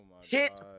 hit